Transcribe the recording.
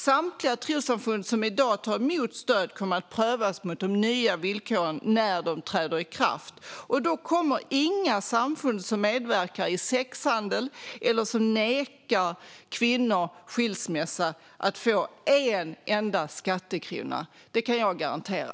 Samtliga trossamfund som i dag tar emot stöd kommer att prövas mot de nya villkoren när de träder i kraft. Då kommer inga samfund som medverkar i sexhandel eller nekar kvinnor skilsmässa att få en enda skattekrona. Det kan jag garantera.